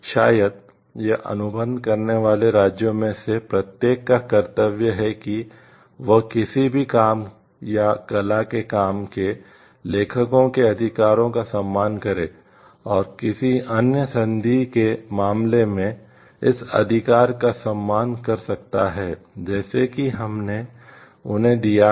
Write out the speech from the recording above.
शायद यह अनुबंध करने वाले राज्यों में से प्रत्येक का कर्तव्य है कि वह किसी भी काम या कला के काम के लेखकों के अधिकारों का सम्मान करे और किसी अन्य संधि के मामले में इस अधिकार का सम्मान कर सकता है जैसा कि हमने उन्हें दिया है